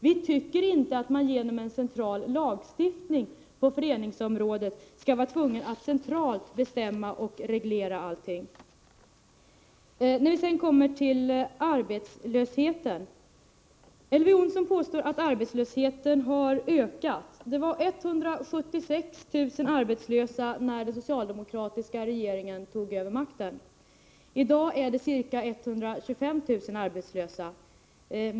Vi tycker inte att man genom en central lagstiftning på föreningsområdet skall centralt bestämma och reglera allting. När det sedan gäller arbetslösheten påstår Elver Jonsson att den har ökat. Det var 176 000 arbetslösa när den socialdemokratiska regeringen tog över makten. I dag är det ca 125 000 arbetslösa.